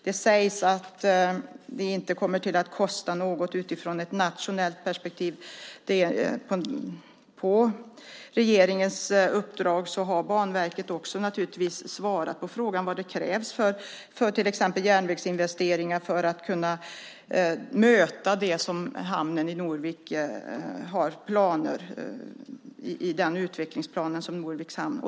Det sägs att det inte kommer att kosta något utifrån ett nationellt perspektiv. På regeringens uppdrag har Banverket naturligtvis svarat på frågan vilka järnvägsinvesteringar som krävs för att till exempel kunna möta det som ingår i utvecklingsplanen när det gäller Norviks hamn.